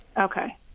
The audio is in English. Okay